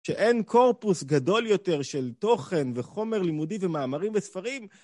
שאין קורפוס גדול יותר של תוכן וחומר לימודי ומאמרים וספרים.